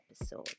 episode